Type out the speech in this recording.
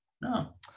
No